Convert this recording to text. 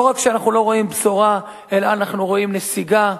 לא רק שאנחנו לא רואים בשורה אלא אנחנו רואים נסיגה,